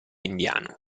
indiano